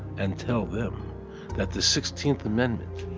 and tell them that the sixteenth ammendment,